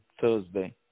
Thursday